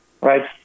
right